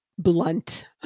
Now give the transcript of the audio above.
Blunt